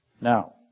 Now